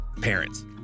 parents